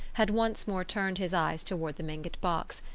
had once more turned his eyes toward the mingott box.